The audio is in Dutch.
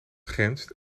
grenst